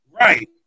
Right